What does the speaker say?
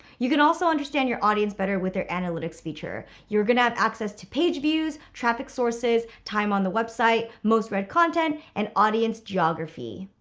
you can also understand your audience better with their analytics feature. you're gonna have access to pageviews, traffic traffic sources, time on the website, most read content and audience geography.